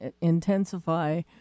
intensify